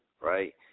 right